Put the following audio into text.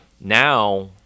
now